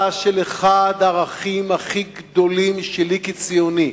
של אחד הערכים הכי גדולים שלי כציוני.